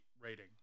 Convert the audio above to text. rating